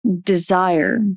desire